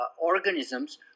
organisms